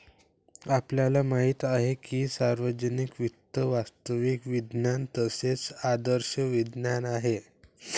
आपल्याला माहित आहे की सार्वजनिक वित्त वास्तविक विज्ञान तसेच आदर्श विज्ञान आहे